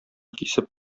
кисеп